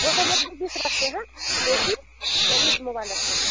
वो सब एक दो पीस रखते हैं देखिए यही एक मोबाइल रखते हैं